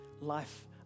life